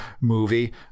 movie